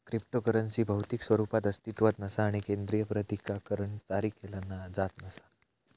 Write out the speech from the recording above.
cryptocurrency भौतिक स्वरूपात अस्तित्वात नसा आणि केंद्रीय प्राधिकरणाद्वारा जारी केला जात नसा